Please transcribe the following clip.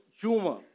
humor